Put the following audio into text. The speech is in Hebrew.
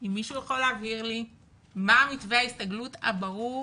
אם מישהו יכול להבהיר לי מה מתווה ההסתגלות הברור